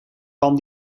pan